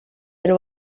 del